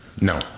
No